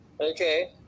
Okay